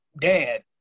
dad